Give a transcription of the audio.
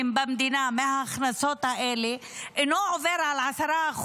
במדינה מההכנסות האלה אינו עובר את ה-10%,